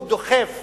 הוא דוחף